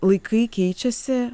laikai keičiasi